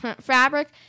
fabric